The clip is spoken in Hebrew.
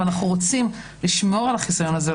ואנחנו רוצים לשמור על החיסיון הזה,